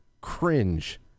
cringe